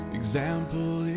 example